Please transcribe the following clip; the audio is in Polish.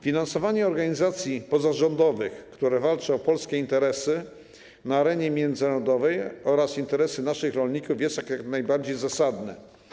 Finansowanie organizacji pozarządowych, które walczą o polskie interesy na arenie międzynarodowej oraz interesy naszych rolników, jest jak najbardziej zasadne.